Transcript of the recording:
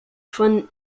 von